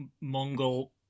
mongol